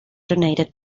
donated